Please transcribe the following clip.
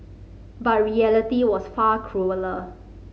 but reality was far crueller